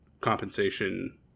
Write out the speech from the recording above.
compensation